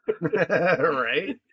Right